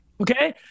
Okay